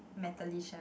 metallish one